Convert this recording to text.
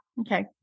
Okay